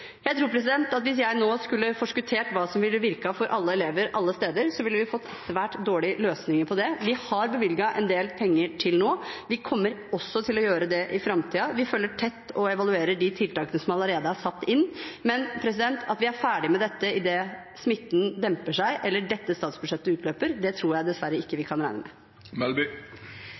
Jeg tror at hvis jeg nå skulle forskuttert hva som ville virke for alle elever alle steder, ville vi fått svært dårlige løsninger. Vi har bevilget en del penger til nå, og vi kommer også til å gjøre det i framtiden. Vi følger tett og evaluerer de tiltakene som allerede er satt inn, men at vi er ferdige med dette idet smitten demper seg, eller dette statsbudsjettet utløper, tror jeg dessverre ikke vi kan regne med.